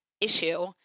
issue